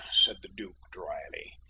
said the duke dryly.